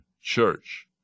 church